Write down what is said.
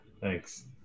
Thanks